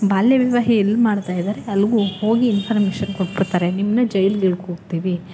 ಬಾಲ್ಯ ವಿವಾಹ ಎಲ್ಲಿ ಮಾಡ್ತಾಯಿದ್ದಾರೆ ಅಲ್ಲಿಗೂ ಹೋಗಿ ಇನ್ಫರ್ಮೇಷನ್ ಕೊಟ್ಬಿಡ್ತಾರೆ ನಿಮ್ಮನ್ನ ಜೈಲಿಗೆ ಎಳ್ಕೊ ಹೋಗ್ತೀವಿ